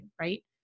right